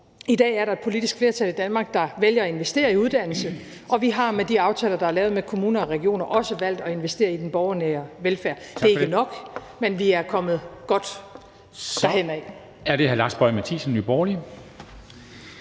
I dag er der et politisk flertal i Danmark, der vælger at investere i uddannelse, og vi har med de aftaler, der er lavet med kommuner og regioner, også valgt at investere i den borgernære velfærd. Det er ikke nok, men vi er kommet godt derhenad.